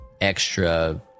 extra